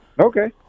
Okay